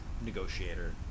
negotiator